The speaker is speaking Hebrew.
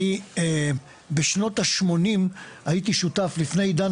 אני בשנות ה-80 הייתי שותף לפני עידן